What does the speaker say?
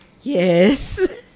Yes